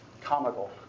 comical